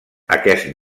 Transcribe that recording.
aquest